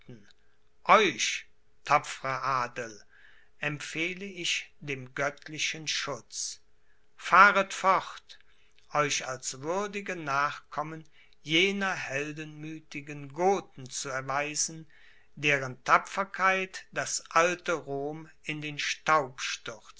euch tapfrer adel empfehle ich dem göttlichen schutz fahret fort euch als würdige nachkommen jener heldenmüthigen gothen zu erweisen deren tapferkeit das alte rom in den